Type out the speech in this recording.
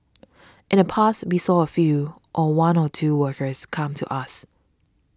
in the past we saw a few or one or two workers come to us